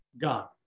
God